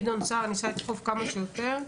גדעון סער ניסה לדחוף כמה שיותר,